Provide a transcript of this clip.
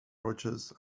rogers